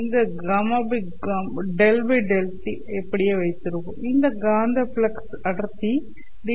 இந்த -δδt ஐ அப்படியே வைத்திருப்போம் இந்த காந்தப் ஃப்ளக்ஸ் அடர்த்தி d